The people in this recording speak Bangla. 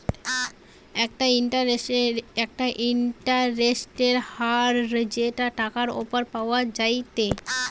একটা ইন্টারেস্টের হার যেটা টাকার উপর পাওয়া যায়টে